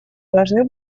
должны